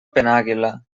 penàguila